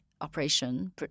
operation